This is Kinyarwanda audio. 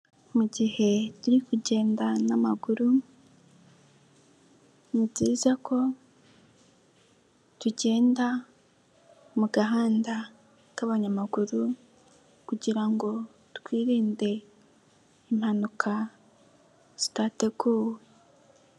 Mu gihe turi kugenda n'amaguru ni byiza ko tugenda mu gahanda k'abanyamaguru kugira ngo twirinde impanuka zitateguwe.